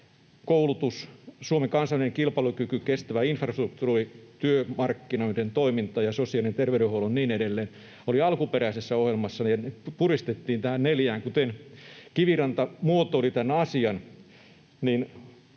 Koulutus, Suomen kansainvälinen kilpailukyky, kestävä infrastruktuuri, työmarkkinoiden toiminta, sosiaali‑ ja terveydenhuolto ja niin edelleen olivat alkuperäisessä ohjelmassa, ja ne puristettiin näihin neljään. Kuten Kiviranta muotoili tämän asian,